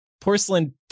porcelain